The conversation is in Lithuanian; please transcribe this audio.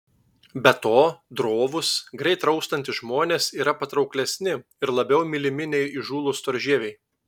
be to drovūs greit raustantys žmonės yra patrauklesni ir labiau mylimi nei įžūlūs storžieviai